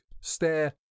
stare